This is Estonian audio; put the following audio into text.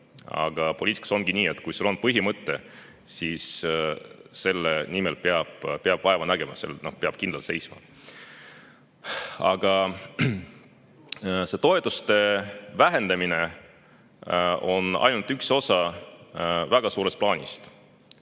Aga poliitikas ongi nii, et kui sul on põhimõte, siis selle nimel peab vaeva nägema, selle eest peab kindlalt seisma. Aga toetuste vähendamine on ainult üks osa väga suurest plaanist.